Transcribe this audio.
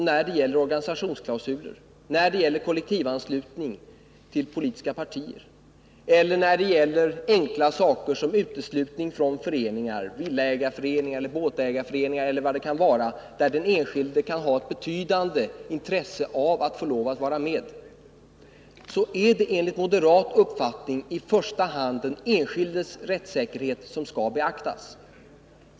När det gäller organisationsklausuler, när det gäller kollektivanslutning till politiska partier eller när det gäller enkla saker som uteslutning från föreningar — villaägarföreningar, båtägarföreningar eller vad det kan vara — där den enskilde kan ha ett betydande intresse av att få lov att vara med, så är det enligt moderat uppfattning i första hand den enskildes rättssäkerhet som skall beaktas.